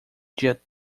dia